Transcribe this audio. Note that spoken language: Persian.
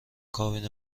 کابین